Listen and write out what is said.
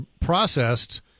processed